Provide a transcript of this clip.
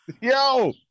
Yo